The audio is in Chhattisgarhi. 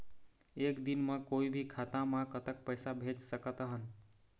एक दिन म कोई भी खाता मा कतक पैसा भेज सकत हन?